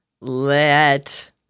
let